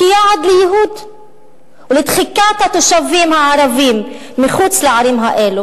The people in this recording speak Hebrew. כיעד לייהוד ולדחיקת התושבים הערבים מחוץ לערים האלה.